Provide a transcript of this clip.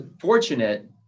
fortunate